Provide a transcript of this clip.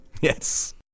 Yes